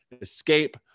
escape